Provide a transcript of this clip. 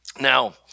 Now